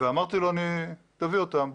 ואמרתי לו שיביא אותם,